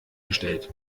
gestellt